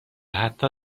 حتی